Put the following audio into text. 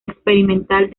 experimental